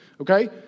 okay